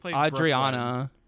adriana